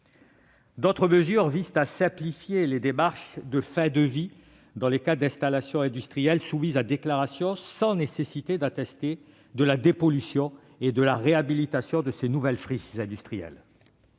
D'autres mesures visent à simplifier les démarches de fin de vie des installations industrielles soumises à déclaration. Il ne sera plus nécessaire désormais d'attester de la dépollution et de la réhabilitation de ces nouvelles friches industrielles.